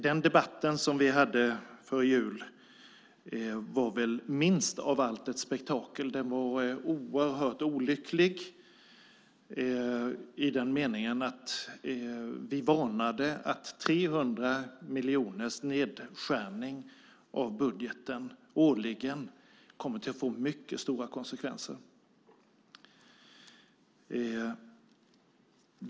Den debatt som vi hade före jul var väl minst av allt ett spektakel. Den var oerhört olycklig. Vi varnade för att 300 miljoners nedskärning av budgeten årligen kommer att få mycket stora konsekvenser.